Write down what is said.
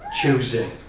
choosing